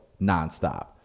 nonstop